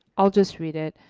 i'll just read it.